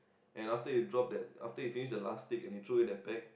and after you drop that after he finish the last stick and he threw away the pack